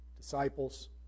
disciples